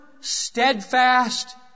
steadfast